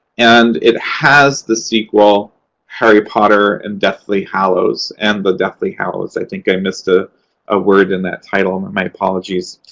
and it has the sequel harry potter and deathly hallows. and the deathly hallows. i think i missed a ah word in that title. um and my apologies.